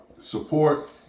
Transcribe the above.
Support